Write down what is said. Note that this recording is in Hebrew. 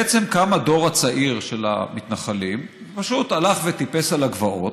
בעצם קם הדור הצעיר של המתנחלים ופשוט הלך וטיפס על הגבעות,